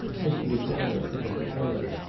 mr. ricardo took up the tale.